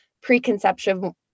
preconception